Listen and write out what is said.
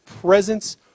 presence